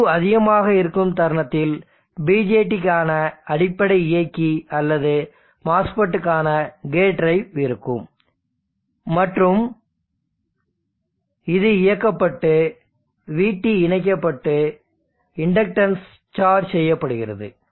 Q அதிகமாக இருக்கும் தருணத்தில் BJT க்கான அடிப்படை இயக்கி அல்லது MOSFET க்கான கேட் டிரைவ் இருக்கும் மற்றும் இது இயக்கப்பட்டு vT இணைக்கப்பட்டு இண்டக்டன்ஸ் சார்ஜ் செய்யப்படுகிறது